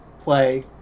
play